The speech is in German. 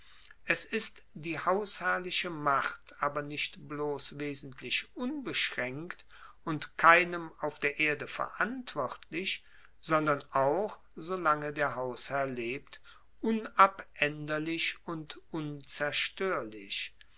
es ist die hausherrliche macht aber nicht bloss wesentlich unbeschraenkt und keinem auf der erde verantwortlich sondern auch so lange der hausherr lebt unabaenderlich und unzerstoerlich